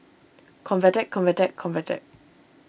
Convatec Convatec Convatec